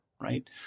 right